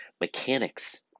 mechanics